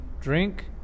drink